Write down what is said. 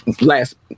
last